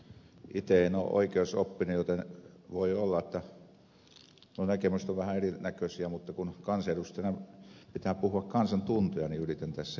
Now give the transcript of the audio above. itse en ole oikeusoppinut joten voi olla että minun näkemykseni ovat vähän erinäköisiä mutta kun kansanedustajana pitää puhua kansan tuntoja niin yritän tässä niitäkin tuoda esille